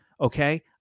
Okay